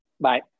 bye